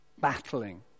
battling